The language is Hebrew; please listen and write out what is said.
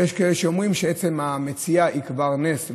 ויש כאלה שאומרים שעצם המציאה היא כבר נס,